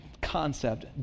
concept